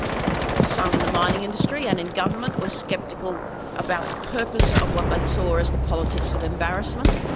some in the mining industry and in government were sceptical about the purpose of what they saw as the politics of embarrassment,